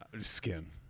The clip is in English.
skin